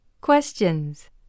Questions